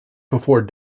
before